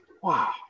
Wow